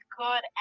good